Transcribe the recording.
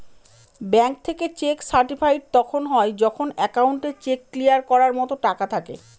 bank থেকে cheque certified তখন হয় যখন একাউন্টে চেক ক্লিয়ার করার মতো টাকা থাকে